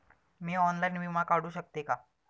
मी online विमा काढू शकते का?